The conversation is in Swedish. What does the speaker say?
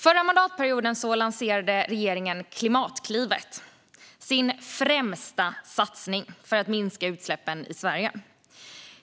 Förra mandatperioden lanserade regeringen Klimatklivet, sin främsta satsning för att minska utsläppen i Sverige.